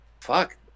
fuck